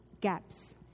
gaps